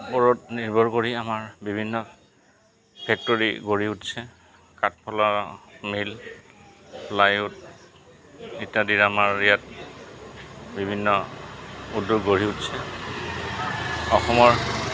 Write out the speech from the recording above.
ওপৰত নিৰ্ভৰ কৰি আমাৰ বিভিন্ন ফেক্টৰী গঢ়ি উঠিছে কাঠ ফলা মিল ইত্যাদিৰ আমাৰ ইয়াত বিভিন্ন উদ্যোগ গঢ়ি উঠিছে অসমৰ